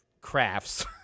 crafts